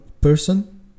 person